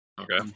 okay